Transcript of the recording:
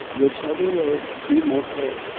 whichever way he might vote,